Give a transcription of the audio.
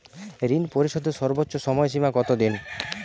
ঋণ পরিশোধের সর্বোচ্চ সময় সীমা কত দিন?